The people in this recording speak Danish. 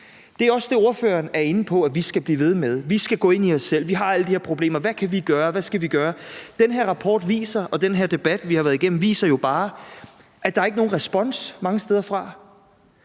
Det er også det, ordføreren er inde på at vi skal blive ved med. Vi skal gå ind i os selv. Vi har alle de her problemer: Hvad kan vi gøre? Hvad skal vi gøre? Den her rapport og den her debat, vi har været igennem, viser jo bare, at der ikke er nogen respons mange steder fra.